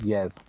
Yes